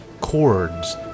chords